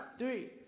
three,